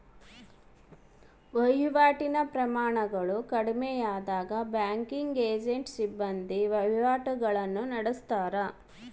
ವಹಿವಾಟಿನ ಪ್ರಮಾಣಗಳು ಕಡಿಮೆಯಾದಾಗ ಬ್ಯಾಂಕಿಂಗ್ ಏಜೆಂಟ್ನ ಸಿಬ್ಬಂದಿ ವಹಿವಾಟುಗುಳ್ನ ನಡತ್ತಾರ